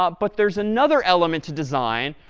ah but there's another element to design,